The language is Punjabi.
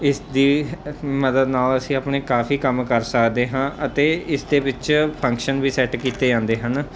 ਇਸ ਦੀ ਮਦਦ ਨਾਲ ਅਸੀਂ ਆਪਣੇ ਕਾਫੀ ਕੰਮ ਕਰ ਸਕਦੇ ਹਾਂ ਅਤੇ ਇਸ ਦੇ ਵਿੱਚ ਫੰਕਸ਼ਨ ਵੀ ਸੈਟ ਕੀਤੇ ਜਾਂਦੇ ਹਨ